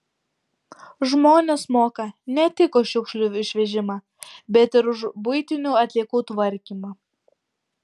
žmonės moka ne tik už šiukšlių išvežimą bet ir už buitinių atliekų tvarkymą